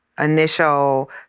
Initial